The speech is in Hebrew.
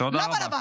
לא בעל הבית.